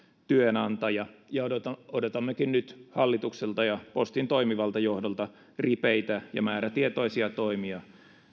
työnantaja ja odotammekin nyt hallitukselta ja postin toimivalta johdolta ripeitä ja määrätietoisia toimia